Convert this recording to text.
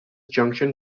junction